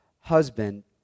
husband